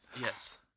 Yes